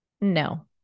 No